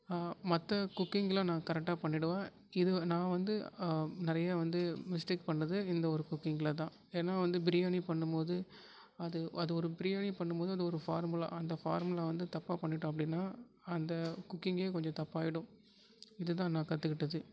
மற்ற குக்கிங்லாம் நான் கரெக்டாக பண்ணிடுவேன் இது நான் வந்து நிறைய வந்து மிஸ்டேக் பண்ணது இந்த ஒரு குக்கிங்ல தான் ஏன்னா வந்து பிரியாணி பண்ணும் போது அது அது ஒரு பிரியாணி பண்ணும் போது அது ஒரு ஃபார்முலா அந்த ஃபார்முலா வந்து தப்பாக பண்ணிட்டோம் அப்படின்னா அந்த குக்கிங்கே கொஞ்சம் தப்பாகிடும் இது தான் நான் கற்றுக்கிட்டது